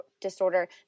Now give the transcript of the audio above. disorder